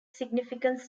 significance